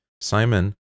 Simon